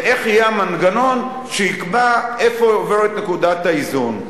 ואיך יהיה המנגנון שיקבע איפה עוברת נקודת האיזון.